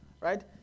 right